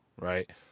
right